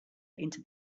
into